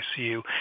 ICU